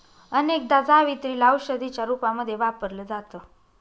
अनेकदा जावेत्री ला औषधीच्या रूपामध्ये वापरल जात